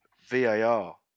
VAR